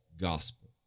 gospel